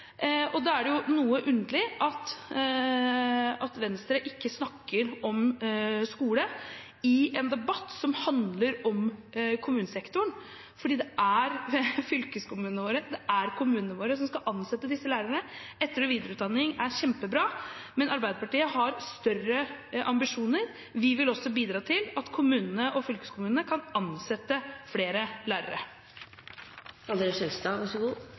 elev. Da er det noe underlig at Venstre ikke snakker om skole i en debatt som handler om kommunesektoren, fordi det er fylkeskommunene våre, det er kommunene våre som skal ansette disse lærerne. Etter- og videreutdanning er kjempebra, men Arbeiderpartiet har større ambisjoner. Vi vil også bidra til at kommunene og fylkeskommunene kan ansette flere